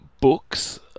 books